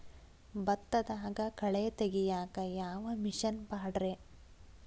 ಭತ್ತದಾಗ ಕಳೆ ತೆಗಿಯಾಕ ಯಾವ ಮಿಷನ್ ಪಾಡ್ರೇ?